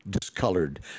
discolored